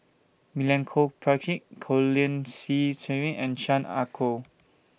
Milenko Prvacki Colin Qi Zhe Quan and Chan Ah Kow